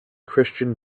christian